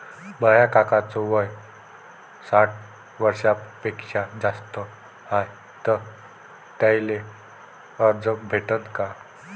माया काकाच वय साठ वर्षांपेक्षा जास्त हाय तर त्याइले कर्ज भेटन का?